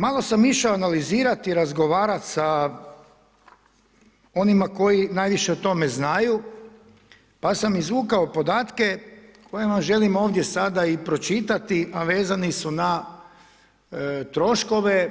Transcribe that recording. Malo sam išao analizirati i razgovarati sa onima koji najviše o tome znaju pa sam izvukao podatke koje vam želim ovdje sada i pročitati a vezani su na troškove